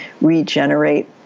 regenerate